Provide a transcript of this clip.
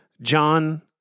John